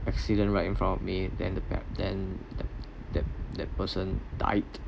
accident right in front of me then the pe~ then that that that person died